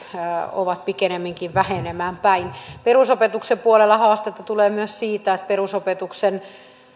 ovat pikemminkin vähenemään päin perusopetuksen puolella haastetta tulee myös siitä että perusopetuksen